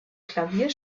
klavier